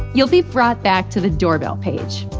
you'll be brought back to the doorbell page.